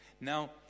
Now